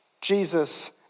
Jesus